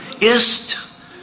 Ist